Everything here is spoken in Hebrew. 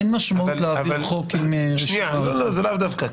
אין משמעות להעביר חוק עם רשימה --- לאו דווקא.